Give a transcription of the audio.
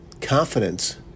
Confidence